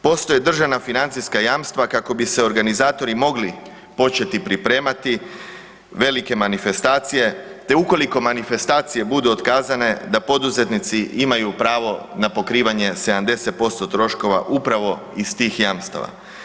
Postoje državna financijska jamstva kako bi se organizatori mogli početi pripremati velike manifestacije te ukoliko manifestacije budu otkazane da poduzetnici imaju pravo na pokrivanje 70% troškova upravo iz tih jamstava.